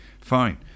fine